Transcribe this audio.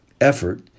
effort